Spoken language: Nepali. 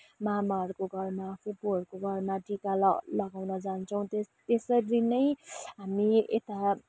मामाहरूको घरमा फुपूहरको घरमा टिका ल लगाउन जान्छौँ त्यसरी नै हामी यता